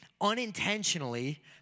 Unintentionally